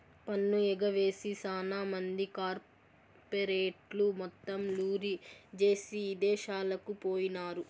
పన్ను ఎగవేసి సాన మంది కార్పెరేట్లు మొత్తం లూరీ జేసీ ఇదేశాలకు పోయినారు